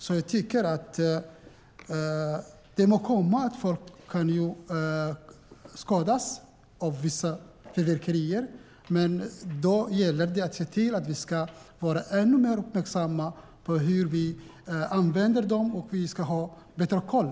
Det må hända att folk skadas av vissa fyrverkerier, men då gäller det att se till att vi ska vara ännu mer uppmärksamma på hur vi använder dem. Vi ska ha bättre koll.